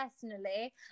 personally